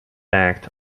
tagged